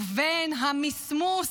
ובין המסמוס